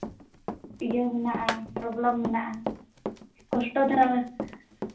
ᱤᱭᱟᱹ ᱢᱮᱱᱟᱜᱼᱟ ᱯᱨᱚᱵᱞᱮᱢ ᱢᱮᱱᱟᱜᱼᱟ ᱠᱚᱥᱴᱚ ᱫᱷᱟᱨᱟ